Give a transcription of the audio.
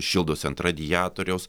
šildosi ant radiatoriaus